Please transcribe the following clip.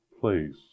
place